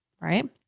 right